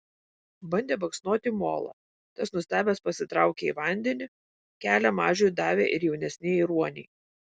bandė baksnoti molą tas nustebęs pasitraukė į vandenį kelią mažiui davė ir jaunesnieji ruoniai